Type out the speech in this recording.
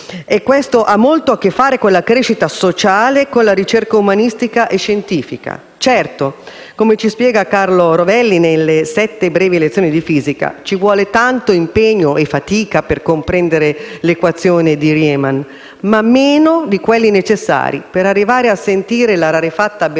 Questo ha molto a che fare con la crescita sociale, con la ricerca umanistica e scientifica. Certo, come ci spiega Carlo Rovelli nel saggio «Sette brevi lezioni di fisica», ci vuole tanto impegno e fatica per comprendere l'equazione di Riemann, ma meno di quelli necessari per arrivare a sentire la rarefatta bellezza